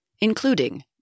including